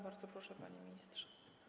Bardzo proszę, panie ministrze.